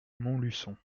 montluçon